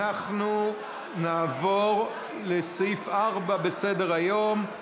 אנחנו נעבור לסעיף 4 בסדר-היום,